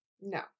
No